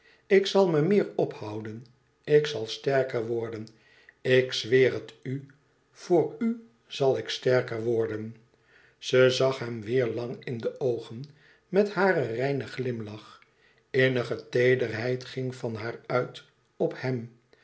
ik zal me meer ophouden ik zal sterker worden ik zweer het u voor zal ik sterker worden ze zag hem weêr lang in de oogen met haren reinen glimlach innige teederheid ging van haar uit op hem